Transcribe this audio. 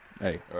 hey